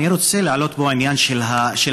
אני רוצה להעלות פה את העניין של הפקקים.